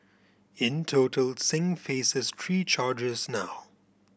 in total Singh faces three charges now